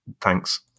thanks